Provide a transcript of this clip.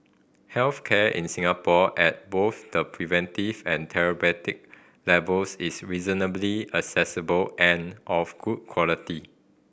health care in Singapore at both the preventive and therapeutic levels is reasonably accessible and of good quality